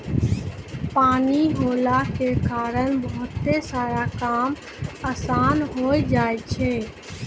पानी होला के कारण बहुते सारा काम आसान होय जाय छै